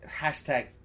Hashtag